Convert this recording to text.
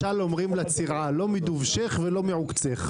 משל אומר לצרעה: "לא מדובשך ולא מעוקצך".